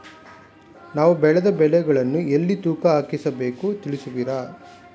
ನಾವು ಬೆಳೆದ ಬೆಳೆಗಳನ್ನು ಎಲ್ಲಿ ತೂಕ ಹಾಕಿಸಬೇಕು ತಿಳಿಸುವಿರಾ?